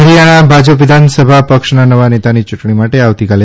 હરિયાણા ભાજપ વિધાનસભા પક્ષના નવા નેતાની ચૂંટણી માટે આવતીકાલે